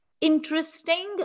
interesting